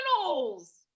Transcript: channels